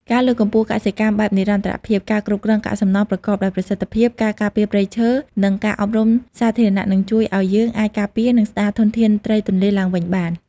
ការលើកកម្ពស់កសិកម្មបែបនិរន្តរភាព ការគ្រប់គ្រងកាកសំណល់ប្រកបដោយប្រសិទ្ធភាព ការការពារព្រៃឈើ និងការអប់រំសាធារណៈ នឹងជួយឱ្យយើងអាចការពារ និងស្តារធនធានត្រីទន្លេឡើងវិញបាន។